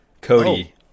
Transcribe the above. Cody